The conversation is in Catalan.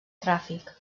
tràfic